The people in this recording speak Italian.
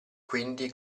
quindi